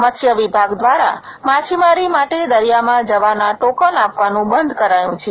મત્સ્ય વિભાગ દ્વારા માછીમારી માટે દરિયામાં જવાના ટોકન આપવાનું બંધ કરાયું છે